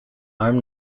arm